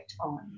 on